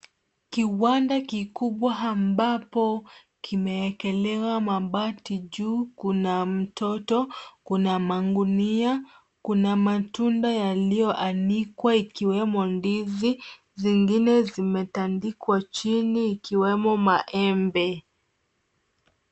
Kiwanda kikubwa ambapo kimeekelewa mabati juu, kuna mtoto, kuna magunia, kuna matunda yaliyoanikwa ikiwemo ndizi, zingine zimetandikwa chini, ikiwemo maembe.